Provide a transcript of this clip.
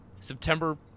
September